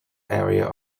area